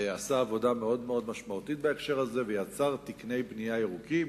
עשה עבודה מאוד משמעותית בהקשר הזה ויצר תקני בנייה ירוקים.